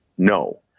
No